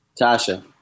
Tasha